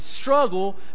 struggle